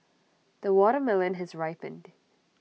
the watermelon has ripened